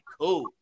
cool